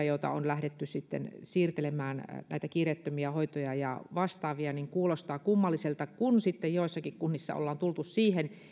joita on lähdetty sitten siirtelemään näitä kiireettömiä hoitoja ja vastaavia ja tämä kuulostaa kummalliselta kun sitten joissakin kunnissa ollaan tultu siihen